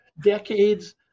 decades